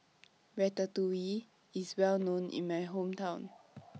Ratatouille IS Well known in My Hometown